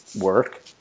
work